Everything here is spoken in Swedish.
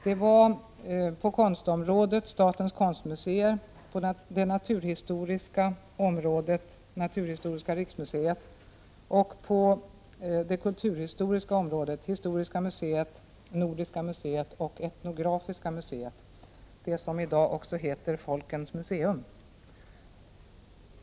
Det var på konstområdet statens konstmuseer, på det naturhistoriska området naturhistoriska riksmuseet och när det gäller kulturhistoria historiska museet, Nordiska museet och etnografiska museet, som i dag också heter folkens museum.